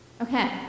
Okay